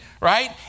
right